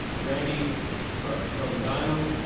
ah brandi provenzano,